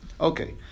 Okay